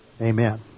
Amen